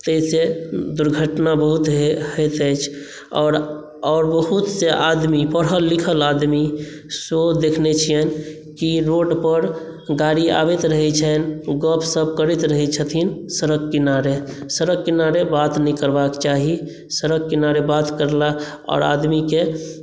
ताहि सॅं दुर्घटना बहुत होइत अछि आओर बहुत से आदमी पढ़ल लिखल आदमी सेहो देखने छियनि कि रोड पर गाड़ी आबैत रहै छनि गपशप करैत रहै छथिन सड़क किनारे सड़क किनारे बात नहि करबाक चाही सड़क किनारे बात करला आओर आदमीकेँ